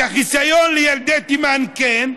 את החיסיון לילדי תימן כן,